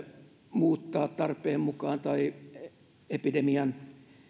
muuttaa tarpeen mukaan tai epidemian